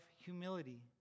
humility